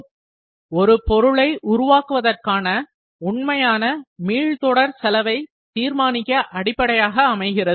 உற்பத்தி செலவு என்பது ஒரு பொருளை உருவாக்குவதற்கான உண்மையான மீள்தொடர் செலவை தீர்மானிக்க அடிப்படையாக அமைகிறது